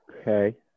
Okay